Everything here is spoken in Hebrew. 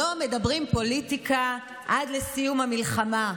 לא מדברים פוליטיקה עד לסיום המלחמה,